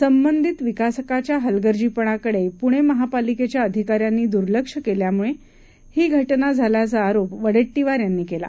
संबंधित विकासकाच्या हलगर्जीपणाकडे पुणे महापालिकेच्या अधिकाऱ्यांनी दुर्लक्ष केल्यामुळे ही घटना झाल्याचा आरोप वडेट्टीवार यांनी केला